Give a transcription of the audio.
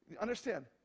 understand